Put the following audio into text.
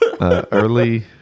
Early